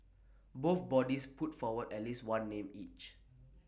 both bodies put forward at least one name each